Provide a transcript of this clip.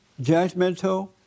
judgmental